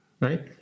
right